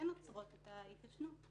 שעוצרות את ההתיישנות.